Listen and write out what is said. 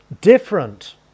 different